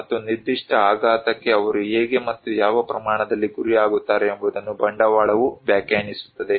ಮತ್ತು ನಿರ್ದಿಷ್ಟ ಆಘಾತಕ್ಕೆ ಅವರು ಹೇಗೆ ಮತ್ತು ಯಾವ ಪ್ರಮಾಣದಲ್ಲಿ ಗುರಿಯಾಗುತ್ತಾರೆ ಎಂಬುದನ್ನು ಬಂಡವಾಳವು ವ್ಯಾಖ್ಯಾನಿಸುತ್ತದೆ